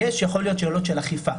יכול להיות שיש אלות של אכיפה,